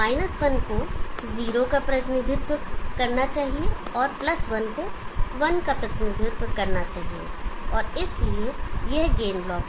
1 को जीरो का प्रतिनिधित्व करना चाहिए और 1 को 1 का प्रतिनिधित्व करना चाहिए और इसलिए यह गेन ब्लॉक है